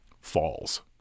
Falls